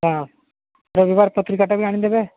ହଁ ରବିବାର ପତ୍ରିକାଟା ବି ଆଣିଦେବେ